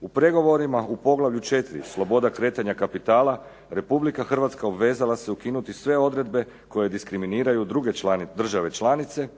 U pregovorima u poglavlju 4.-Sloboda kretanja kapitala Republika Hrvatska obvezala se ukinuti sve odredbe koje diskriminiraju druge države članice,